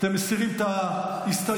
אתם מסירים את ההסתייגויות.